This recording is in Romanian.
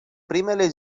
primele